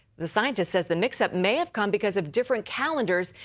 the scientist says the mix up may have come because of different calendars.